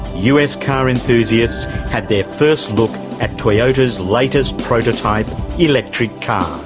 us car enthusiasts had their first look at toyota's latest prototype electric car.